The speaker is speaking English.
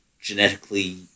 Genetically